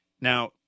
now